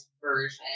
version